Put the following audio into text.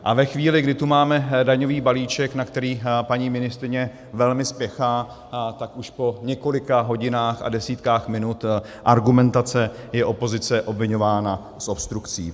A ve chvíli, kdy tu máme daňový balíček, na který paní ministryně velmi spěchá, tak už po několika hodinách a desítkách minut argumentace je opozice obviňována z obstrukcí.